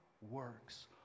works